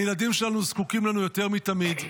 הילדים שלנו זקוקים לנו יותר מתמיד.